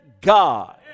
God